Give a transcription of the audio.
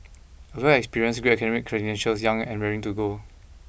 a wealth of experience great academic credentials young and raring to go